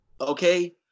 Okay